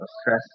stress